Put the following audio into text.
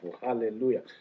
Hallelujah